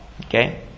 okay